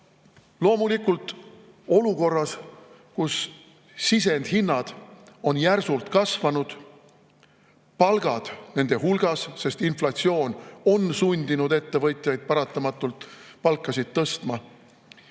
astu!"Loomulikult olukorras, kus sisendhinnad on järsult kasvanud, palgad nende hulgas, sest inflatsioon on sundinud ettevõtjaid paratamatult palkasid tõstma